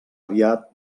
aviat